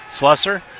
Slusser